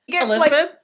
Elizabeth